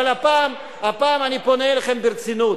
אבל הפעם אני פונה אליכם ברצינות.